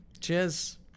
Cheers